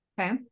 Okay